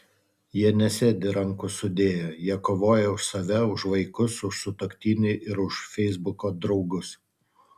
jie nesėdi rankų sudėję jie kovoja už save už vaikus už sutuoktinį ir už feisbuko draugus